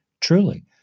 truly